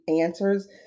answers